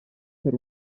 per